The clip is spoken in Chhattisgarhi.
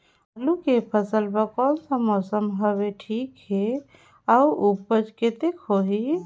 आलू के फसल बर कोन सा मौसम हवे ठीक हे अउर ऊपज कतेक होही?